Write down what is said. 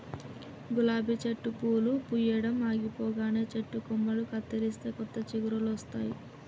గులాబీ చెట్టు పూలు పూయడం ఆగిపోగానే చెట్టు కొమ్మలు కత్తిరిస్తే కొత్త చిగురులొస్తాయి